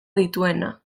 dituena